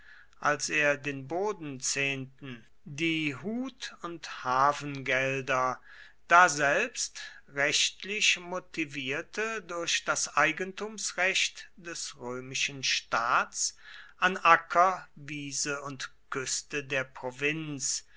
als er den bodenzehnten die hut und hafengelder daselbst rechtlich motivierte durch das eigentumsrecht des römischen staats an acker wiese und küste der provinz